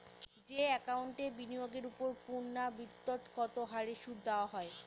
যে একাউন্টে বিনিয়োগের ওপর পূর্ণ্যাবৃত্তৎকত হারে সুদ দেওয়া হয়